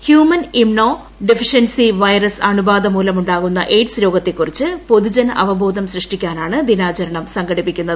human immunodeficiency virus അണുബാധമൂല്മുണ്ടാകുന്ന AIDS രോഗത്തെക്കുറിച്ച് പൊതുജന അവബോധം സൃഷ്ടിക്കാനാണ് ദിനാചരണം സംഘടിപ്പിക്കുന്നത്